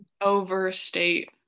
overstate